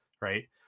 right